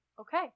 okay